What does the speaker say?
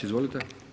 Izvolite.